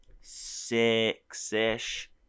six-ish